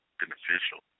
beneficial